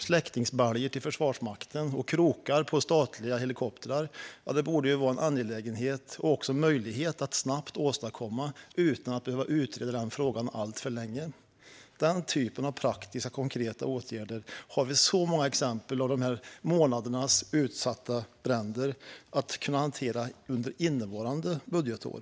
Släckningsbaljor till Försvarsmakten och krokar på statliga helikoptrar borde vara angeläget och möjligt att snabbt åstadkomma utan att behöva utreda frågan alltför länge. Den typen av praktiska och konkreta åtgärder har vi efter de här månadernas bränder många exempel på, och de skulle kunna hanteras under innevarande budgetår.